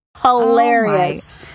hilarious